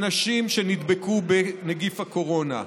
אנשים שנדבקו בנגיף הקורונה.